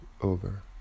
over